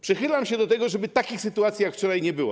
Przychylam się do tego, żeby takich sytuacji jak wczoraj nie było.